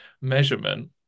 measurement